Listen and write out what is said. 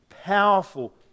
powerful